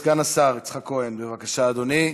סגן השר יצחק כהן, בבקשה, אדוני.